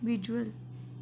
visual